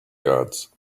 guards